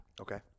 Okay